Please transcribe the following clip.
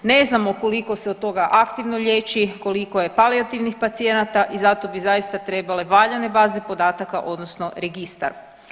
Ne znamo koliko se od toga aktivno liječi, koliko je palijativnih pacijenata i zato bi zaista trebale valjanje baze podataka odnosno registar.